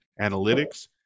Analytics